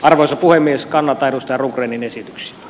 herra puhemies kannata edustaa rubenin esitys